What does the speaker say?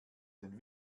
den